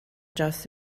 draws